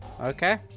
okay